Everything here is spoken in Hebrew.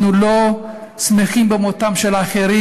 אנחנו לא שמחים במותם של אחרים.